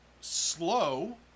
slow